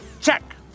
Check